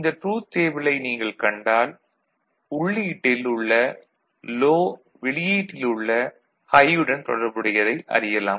இந்த ட்ரூத் டேபிளை நீங்கள் கண்டால் உள்ளீட்டில் உள்ள லோ வெளியீட்டில் உள்ள ஹை யுடன் தொடர்புடையதை அறியலாம்